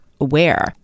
aware